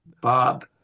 Bob